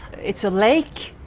it's a lake,